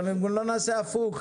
אבל גם לא נעשה הפוך.